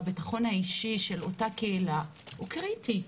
והביטחון האישי של אותה קהילה הוא קריטי.